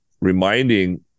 reminding